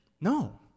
No